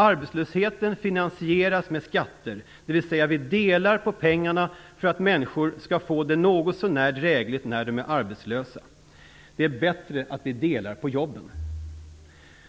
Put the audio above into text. Arbetslösheten finansieras med skatter, dvs. att vi delar på pengarna för att människor skall få det något så när drägligt när de är arbetslösa. Det är bättre att vi delar på jobben.